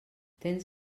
tens